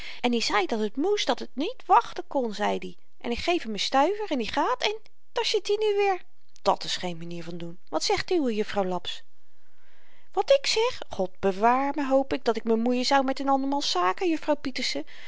met gommelistiek en i zei dat het moest en dat het niet wachten kon zeid i en ik geef m n stuiver en i gaat en daar zit i nu weer dat's geen manier van doen wat zegt uwe juffrouw laps wat ik zeg god bewaarme hoop ik dat ik me moeien zou met n andermans zaken juffrouw pieterse